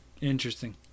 Interesting